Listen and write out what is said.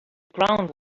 ground